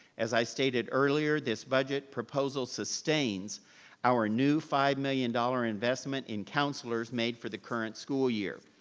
as i stated earlier, this budget proposal sustains our new five million dollars investment in counselors made for the current school year.